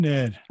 Ned